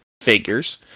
figures